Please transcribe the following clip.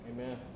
Amen